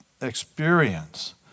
experience